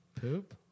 Poop